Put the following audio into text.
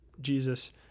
jesus